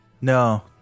No